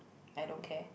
I don't care